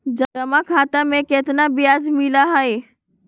जमा खाता में केतना ब्याज मिलई हई?